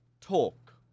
talk